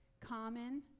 common